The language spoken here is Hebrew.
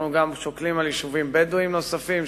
אנחנו גם שוקלים יישובים בדואיים נוספים,